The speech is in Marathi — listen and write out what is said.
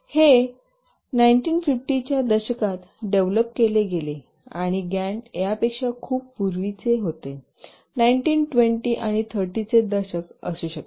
आणि हे 1950 च्या दशकात डेव्हलप केले गेले आणि गॅन्ट यापेक्षा खूप पूर्वीचे होते 1920 आणि 30चे दशक असू शकते